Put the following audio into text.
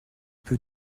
peut